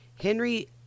Henry